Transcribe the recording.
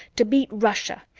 to beat russia,